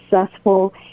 successful